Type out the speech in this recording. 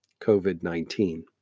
COVID-19